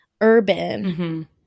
urban